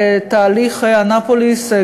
בתהליך אנאפוליס,